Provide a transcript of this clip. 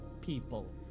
people